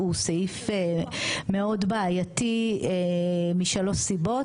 הוא סעיף מאוד בעייתי משלוש סיבות.